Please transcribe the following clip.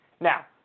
Now